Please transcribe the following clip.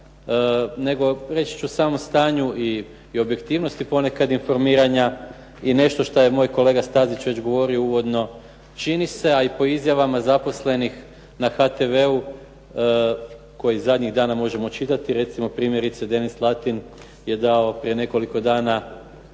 nego reći ću samo o stanju i objektivnosti ponekada informiranja i nešto što je moj kolega Stazić već govorio uvodno, čini se a po izjavama zaposlenih na HTV-u koji zadnjih dana možemo čitati, recimo primjerice Denis Latin je dao prije nekoliko dana